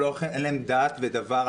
אין להם דעה?